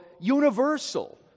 universal